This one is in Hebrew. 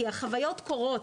כי החוויות קורות.